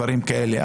דברים כאלה,